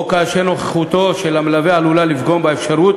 או כאשר נוכחותו של המלווה עלולה לפגום באפשרות